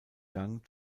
gang